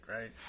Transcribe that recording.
right